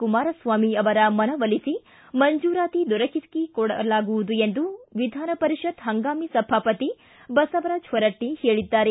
ಕುಮಾರಸ್ವಾಮಿ ಅವರ ಮನವೊಲಿಸಿ ಮಂಜೂರಾತಿ ದೊರಕಿಸಿ ಕೊಡಲಾಗುವದು ಎಂದು ವಿಧಾನಪರಿಷತ್ ಹಂಗಾಮಿ ಸಭಾಪತಿ ಬಸವರಾಜ ಹೊರಟ್ಷಿ ಹೇಳಿದ್ದಾರೆ